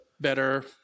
better